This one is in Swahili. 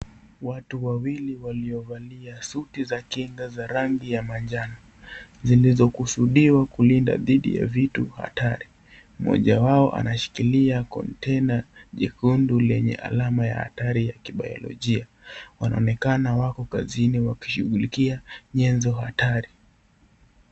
Watu wawili waliovalia suti za kinga za rangi ya manjano zilizokusudiwa kulinda dhidi ya vitu hatari. Mmoja wao anashikilia kontena jekundu lenye alama ya hatari ya kibayolojia. Wanaonekana wako kazini wakishughulikia nyenzo hatari.